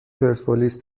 پرسپولیس